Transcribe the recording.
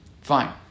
Fine